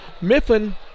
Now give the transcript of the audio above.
Mifflin